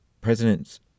President